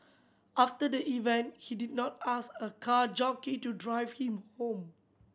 after the event he did not ask a car jockey to drive him home